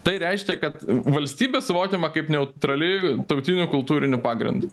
tai reiškia kad valstybė suvokiama kaip neutrali tautiniu kultūriniu pagrindu